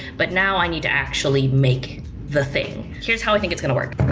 but now i need to actually make the thing. here's how i think it's gonna work.